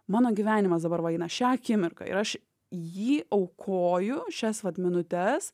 mano gyvenimas dabar va eina šią akimirką ir aš jį aukoju šias vat minutes